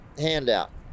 handout